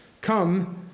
come